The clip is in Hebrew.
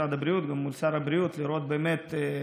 משרד הבריאות ומול שר הבריאות, כדי לראות באמת.